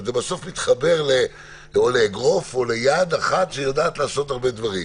זה בסוף מתחבר לאגרוף או ליד אחת שיודעת לעשות הרבה דברים.